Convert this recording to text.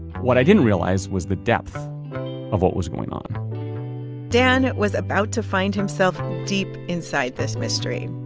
what i didn't realize was the depth of what was going on dan was about to find himself deep inside this mystery